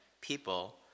people